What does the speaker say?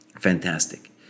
Fantastic